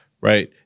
right